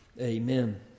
Amen